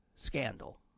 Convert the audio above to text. scandal